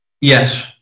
Yes